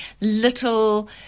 little